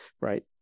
right